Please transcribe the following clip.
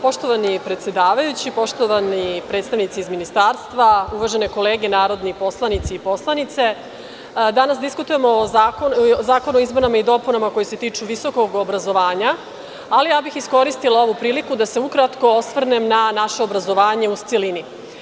Poštovani predsedavajući, poštovani predstavnici ministarstva, uvažene kolege narodni poslanici i poslanice, danas diskutujemo o izmenama i dopunama zakona koje se tiču visokog obrazovanja, ali bih iskoristila ovu priliku da se ukratko osvrnem na naše obrazovanje u celini.